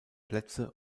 plätze